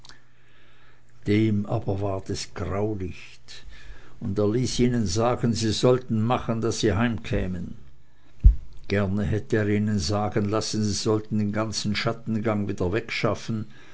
dem aber ward es graulicht und er ließ ihnen sagen sie sollten machen daß sie heimkämen gerne hätte er ihnen sagen lassen sie sollten den ganzen schattengang wieder wegschaffen